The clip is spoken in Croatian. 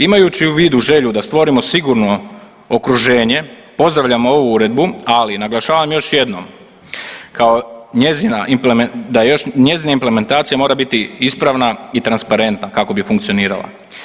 Imajući u vidu želju da stvorimo sigurno okruženje pozdravljamo ovu uredbu, ali naglašavam još jednom kao njezina, da još njezina implementacija mora biti ispravna i transparentna kako bi funkcionirala.